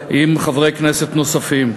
עם חברי כנסת נוספים.